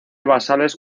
basales